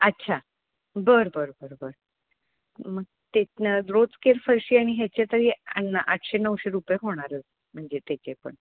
अच्छा बरं बरं बरं बरं मग ते रोज केर फरशी आणि ह्याचे तरी आणि आठशे नऊशे रुपये होणारच म्हणजे त्याचे पण